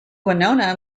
winona